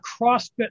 crossfit